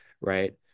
Right